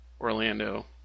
Orlando